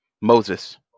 Moses